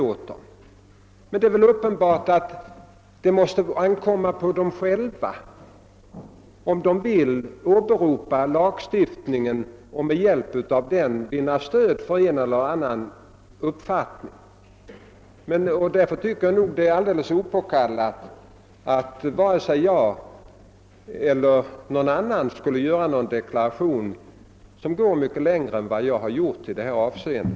Det är emellertid uppenbart att det måste ankomma på dem själva att avgöra om de skall åberopa lagstiftningen för att vinna stöd för sin uppfattning i en fråga. Det torde därför vara opåkallat för mig eller någon annan instans att göra en deklaration som går längre än den jag gjort i detta avseende.